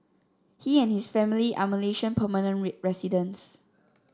he and his family are Malaysian permanent residents